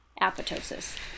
apoptosis